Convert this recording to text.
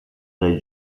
dai